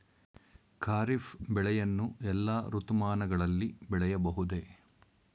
ಖಾರಿಫ್ ಬೆಳೆಯನ್ನು ಎಲ್ಲಾ ಋತುಮಾನಗಳಲ್ಲಿ ಬೆಳೆಯಬಹುದೇ?